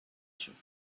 should